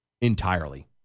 entirely